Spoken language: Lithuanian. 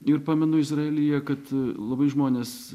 ir pamenu izraelyje kad labai žmonės